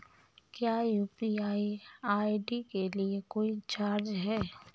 क्या UPI ID के लिए कोई चार्ज है?